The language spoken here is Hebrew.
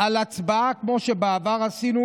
על הצבעה כמו שבעבר עשינו,